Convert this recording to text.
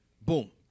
Boom